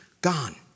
gone